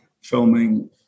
filming